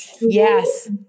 yes